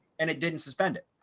and it didn't suspend it.